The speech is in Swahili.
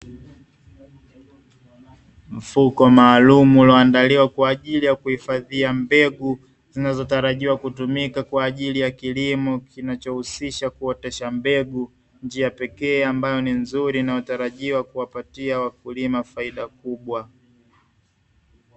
Mfuko maalumu ulioandaliwa kwa ajili ya kuhifadhia mbegu, zinazotarajiwa kutumika kwa ajili ya kilimo kinachohusisha kuotesha mbegu, njia pekee ambayo ni nzuri inayotarajiwa kuwapatia wakulima faida kubwa.